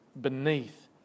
beneath